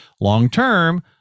long-term